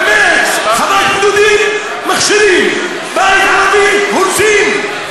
באמת, חוות בודדים מכשירים, בית ערבי הורסים.